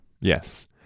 Yes